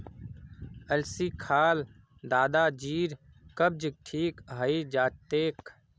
अलसी खा ल दादाजीर कब्ज ठीक हइ जा तेक